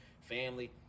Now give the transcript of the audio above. family